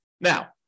Now